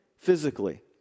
Physically